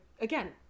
again